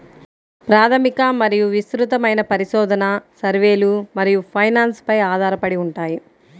ప్రాథమిక మరియు విస్తృతమైన పరిశోధన, సర్వేలు మరియు ఫైనాన్స్ పై ఆధారపడి ఉంటాయి